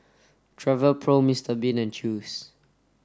Travelpro Mister Bean and Chew's